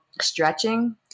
stretching